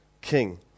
King